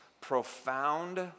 profound